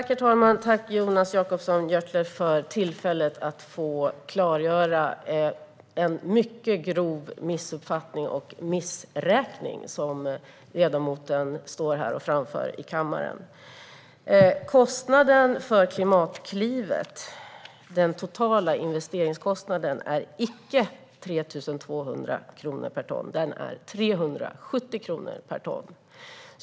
Herr talman! Tack, Jonas Jacobsson Gjörtler, för tillfället att klargöra den mycket grova missuppfattning och missräkning som ledamoten framför här i kammaren. Den totala investeringskostnaden för Klimatklivet är icke 3 200 kronor per ton. Den är 370 kronor per ton.